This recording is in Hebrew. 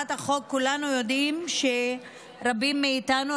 כולנו יודעים שרבים מאיתנו,